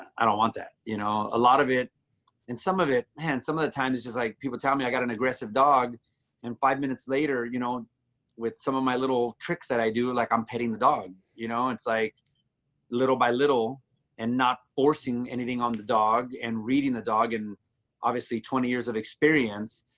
i don't want that. you know a lot of it and some of it. and some of the time it's just like people tell me i got an aggressive dog and five minutes later you know with some of my little tricks that i do like, i'm petting the dog, you know. it's like little by little and not forcing anything on the dog and reading the dog. and obviously twenty years of experience,